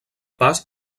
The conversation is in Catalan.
pas